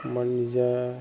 আমাৰ নিজা